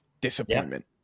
Disappointment